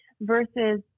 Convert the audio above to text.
versus